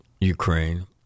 Ukraine